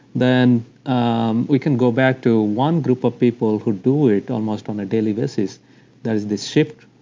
then um we can go back to one group of people who do it almost on a daily basis, there is the shift,